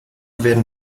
werden